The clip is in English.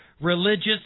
religious